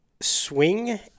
swing